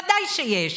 ודאי שיש.